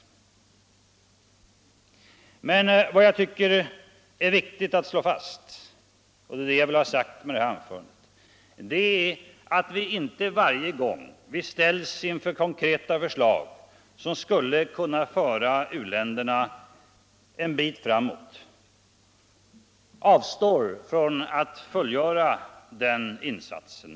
Men vad jag tycker är riktigt att slå fast — och det är det jag velat framhålla med detta anförande — är att vi inte varje gång vi ställs inför konkreta förslag, som skulle kunna föra u-länderna en bit framåt, skall avstå från att fullgöra den insatsen.